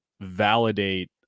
validate